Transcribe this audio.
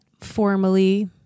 formally